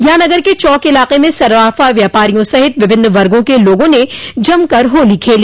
यहां नगर के चौक इलाके में सर्राफा व्यापारियों सहित विभिन्न वर्गो के लोगों ने जमकर होली खेली